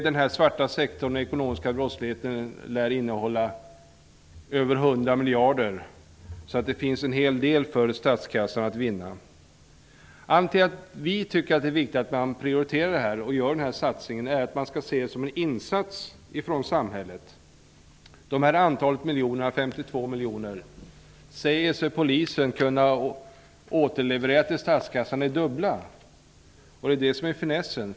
Den svarta sektorn med ekonomisk brottslighet lär gälla över 100 miljarder. Det finns en hel del för statskassan att vinna. Anledningen till att vi tycker att det är viktigt att man prioriterar bekämpandet av ekonomisk brottslighet och gör denna satsning är att det bör vara en insats från samhället. Dessa 52 miljoner säger sig Polisen kunna fördubbla och återleverera till statskassan. Det är detta som är finessen.